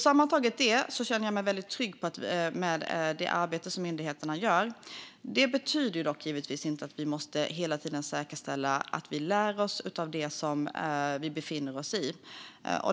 Sammantaget känner jag mig väldigt trygg med det arbete som myndigheterna gör. Det betyder givetvis inte att vi inte hela tiden måste säkerställa att vi lär oss av det som vi befinner oss i.